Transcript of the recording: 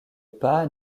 pas